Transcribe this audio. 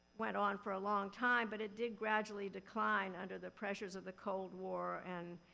went on for a long time, but it did gradually decline under the pressures of the cold war and,